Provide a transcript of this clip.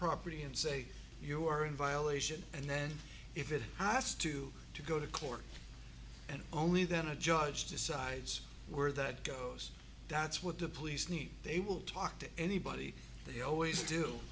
property and say you are in violation and then if it has to to go to court and only then a judge decides where that goes that's what the police need they will talk to anybody they always do